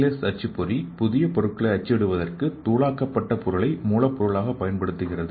S அச்சுப்பொறி புதிய பொருட்களை அச்சிடுவதற்கு தூளாக்கப்பட்ட பொருளை மூலப்பொருளாகப் பயன்படுத்துகிறது